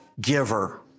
giver